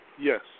Yes